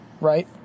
right